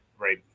right